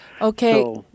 Okay